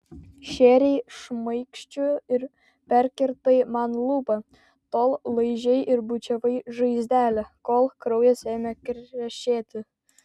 šėrei šmaikščiu ir perkirtai man lūpą tol laižei ir bučiavai žaizdelę kol kraujas ėmė krešėti